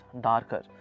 darker